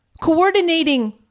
coordinating